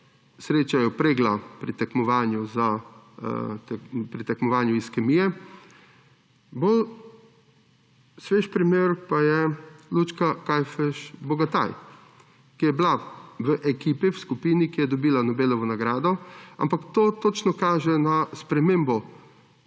srečajo Pregla pri tekmovanju iz kemije. Svež primer pa je Lučka Kajfež Bogataj, ki je bila v ekipi, v skupini, ki je dobila Nobelovo nagrado, ampak to točno kaže na spremembo